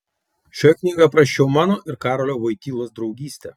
šioje knygoje aprašau mano ir karolio voitylos draugystę